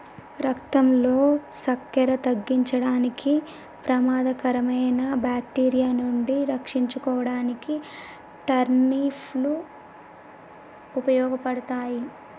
రక్తంలో సక్కెర తగ్గించడానికి, ప్రమాదకరమైన బాక్టీరియా నుండి రక్షించుకోడానికి టర్నిప్ లు ఉపయోగపడతాయి